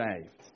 saved